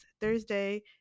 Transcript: Thursday